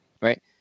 right